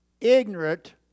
ignorant